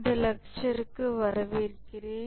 இந்த லக்ட்ஷர்க்கு வரவேற்கிறேன்